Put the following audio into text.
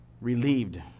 relieved